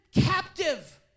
captive